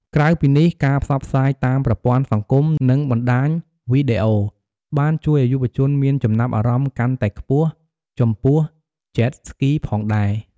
ក្រៅពីនេះ ការផ្សព្វផ្សាយតាមប្រព័ន្ធសង្គម និងបណ្តាញវីដេអូ បានជួយឲ្យយុវជនមានចំណាប់អារម្មណ៍កាន់តែខ្ពស់ចំពោះ Jet Skiផងដែរ ។